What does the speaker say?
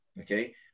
Okay